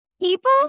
People